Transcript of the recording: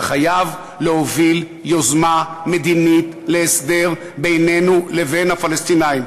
אתה חייב להוביל יוזמה מדינית להסדר בינינו לבין הפלסטינים,